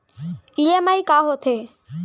EMI का होथे?